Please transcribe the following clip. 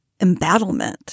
embattlement